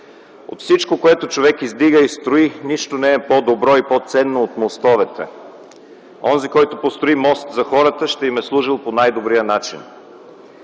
„От всичко, което човек издига и строи, нищо не е по-добро и по-ценно от мостовете. Онзи, който построи мост за хората, ще им е служил по най-добрия начин”.